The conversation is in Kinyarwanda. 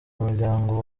umuryango